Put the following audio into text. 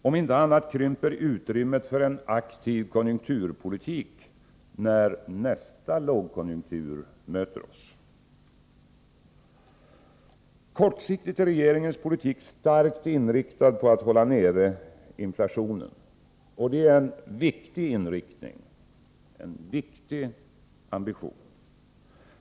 Om inte annat krymper utrymmet för en aktiv konjunkturpolitik när vi går in i nästa lågkonjunktur. Kortsiktigt är regeringens politik starkt inriktad på att hålla nere inflationen. Det är en viktig inriktning, en viktig ambition.